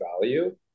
value